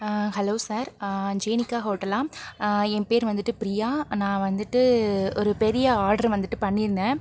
hello sir ஜேனிக்கா ஹோட்டலா என் பேயரு வந்துட்டு பிரியா நான் வந்துட்டு ஒரு பெரிய ஆர்டரு வந்துட்டு பண்ணியிருந்தேன்